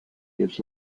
gives